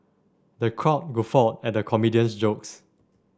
the crowd guffawed at the comedian's jokes